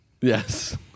Yes